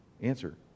Answer